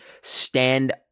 stand